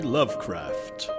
Lovecraft